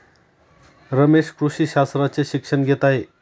रमेश कृषी शास्त्राचे शिक्षण घेत आहे